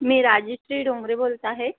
मी राजेश्री डोंगरे बोलत आहे